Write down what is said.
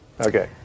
Okay